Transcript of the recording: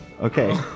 Okay